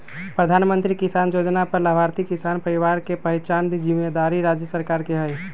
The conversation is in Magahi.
प्रधानमंत्री किसान जोजना में लाभार्थी किसान परिवार के पहिचान जिम्मेदारी राज्य सरकार के हइ